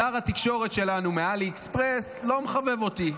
שר התקשורת שלנו מאלי אקספרס לא מחבב אותי.